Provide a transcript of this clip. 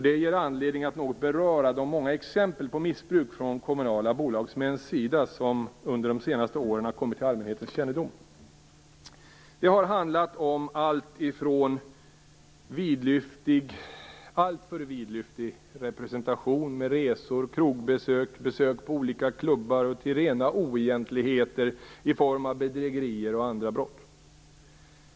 Det ger anledning att något beröra de många exempel på missbruk från kommunala bolagsmäns sida som under de senaste åren har kommit till allmänhetens kännedom. Det har handlat om alltifrån alltför vidlyftig representation med resor, krogbesök och besök på olika klubbar till rena oegentligheter i form av bedrägerier och andra brott.